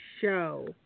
show